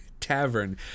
tavern